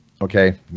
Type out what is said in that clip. Okay